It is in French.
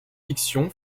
fiction